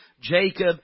Jacob